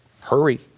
Hurry